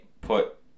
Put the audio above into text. put